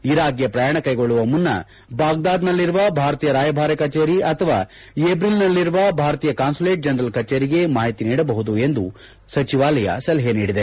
ಇರಾಕ್ಗೆ ಪ್ರಯಾಣ ಕೈಗೊಳ್ಳುವ ಮುನ್ನ ಬಾಗ್ದಾದ್ನಲ್ಲಿರುವ ಭಾರತೀಯ ರಾಯಭಾರಿ ಕಚೇರಿ ಅಥವಾ ಎಬ್ರಿಲ್ನಲ್ಲಿರುವ ಭಾರತೀಯ ಕಾನ್ಸುಲೆಟ್ ಜನರಲ್ ಕಚೇರಿಗೆ ಮಾಹಿತಿ ನೀಡಬಹುದು ಎಂದು ಸಲಹೆ ನೀಡಿದೆ